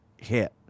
hit